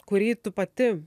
kurį tu pati